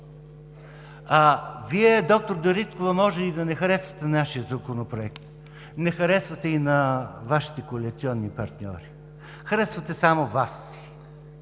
Вие, доктор Дариткова, може и да не харесвате нашия законопроект, не харесва и на Вашите коалиционни партньори. Харесвате само Вас си!